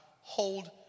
Hold